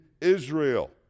Israel